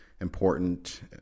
important